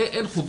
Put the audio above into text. אין חובה,